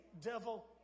devil